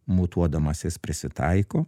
matuodamas jis prisitaiko